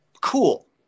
Cool